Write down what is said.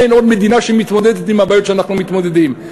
אין עוד מדינה שמתמודדת עם הבעיות שאנחנו מתמודדים,